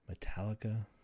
Metallica